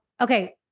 okay